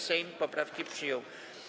Sejm poprawki przyjął.